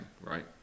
right